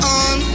on